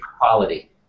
quality